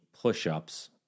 push-ups